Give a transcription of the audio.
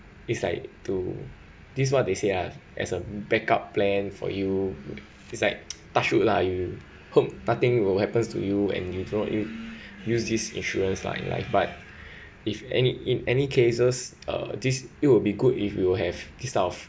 it's like to this what they say ah as a backup plan for you it's like touch wood lah you hope nothing will happens to you and you don't u~ use this insurance lah in life but if any in any cases uh this it will be good if you have this type of